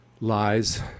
lies